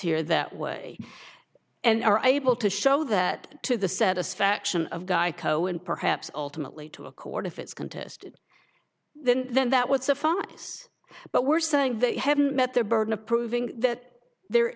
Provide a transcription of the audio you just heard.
here that way and are able to show that to the satisfaction of geico and perhaps ultimately to accord if it's contested then then that would suffice but we're saying they haven't met their burden of proving that there